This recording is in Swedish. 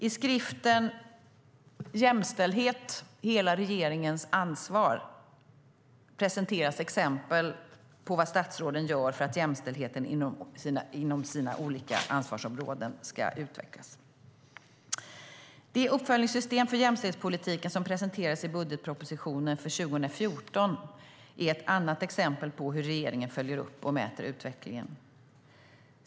I skriften Jämställdhet - Hela regeringens ansvar presenteras exempel på vad statsråden gör för att jämställdheten inom deras olika ansvarsområden ska utvecklas. Det uppföljningssystem för jämställdhetspolitiken som presenterades i budgetpropositionen för 2014 är ett annat exempel på hur regeringen följer upp och mäter utvecklingen.